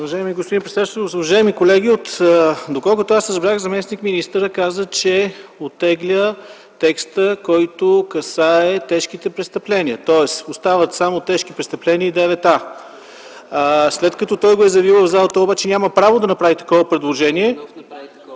уважаеми колеги, до колкото аз разбрах, заместник-министъра каза, че оттегля текста, който касае тежките престъпления, тоест остават само тежки престъпления и 9а. След като той го е заявил в залата, обаче той няма право да направи такова предложение…